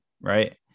Right